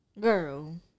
girl